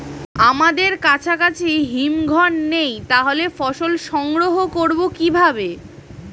আমাদের কাছাকাছি হিমঘর নেই তাহলে ফসল সংগ্রহ করবো কিভাবে?